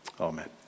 Amen